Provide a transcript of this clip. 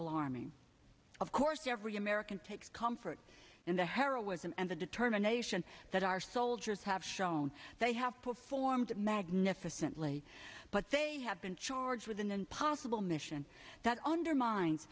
alarming of course to every american takes comfort in the heroism and the determination that our soldiers have shown they have performed magnificently but they have been charged with an impossible mission that undermines